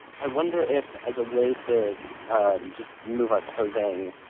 i wonder if, as a way to just move our closing,